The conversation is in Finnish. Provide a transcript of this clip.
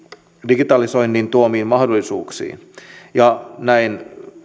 digitalisoinnin tuomiin mahdollisuuksiin ja näin